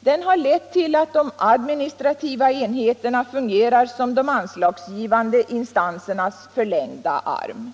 Den har lett till att de administrativa enheterna fungerar som de anslagsgivande instansernas förlängda arm.